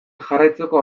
jarraitzeko